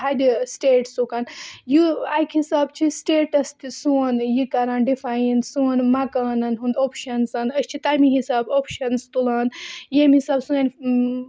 تھَدِ سٹیٹسُکَ یہِ اَکہِ حِساب چھِ سٹیٹَس تہِ سون یہِ کَران ڈِفاین سون مکانَن ہُنٛد اوٚپشَنز سون أسۍ چھِ تَمہِ حِساب اوٚپشَنٕز تُلان ییٚمہِ حِساب سٲنۍ